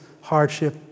hardship